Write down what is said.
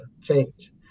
change